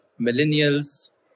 millennials